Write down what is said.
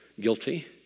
Guilty